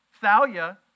Thalia